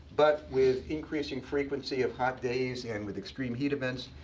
but with increasing frequency of hot days, and with extreme heat events,